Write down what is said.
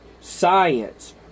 science